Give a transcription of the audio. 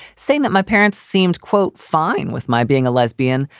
saying that my parents seemed, quote, fine with my being a lesbian,